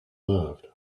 loved